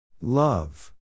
Love